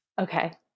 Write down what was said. Okay